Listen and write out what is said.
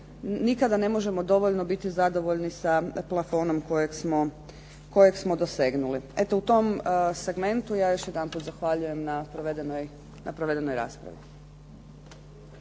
nikada ne možemo dovoljno biti zadovoljni sa plafonom kojeg smo dosegnuli. Eto, u tom segmentu ja još jedanput zahvaljujem na provedenoj raspravi.